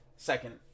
Second